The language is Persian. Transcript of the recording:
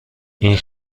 این